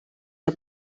que